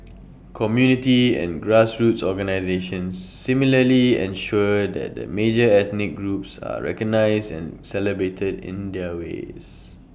community and grassroots organisations similarly ensure that the major ethnic groups are recognised and celebrated in their ways